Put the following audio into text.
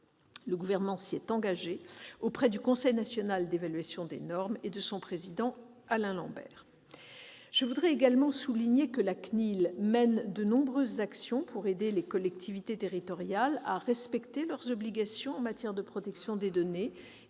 Le Gouvernement s'y est engagé auprès du Conseil national d'évaluation des normes et de son président, Alain Lambert. Je veux également souligner que la CNIL mène de nombreuses actions pour aider les collectivités territoriales à respecter leurs obligations en matière de protection des données